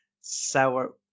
sour